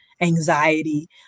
anxiety